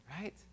Right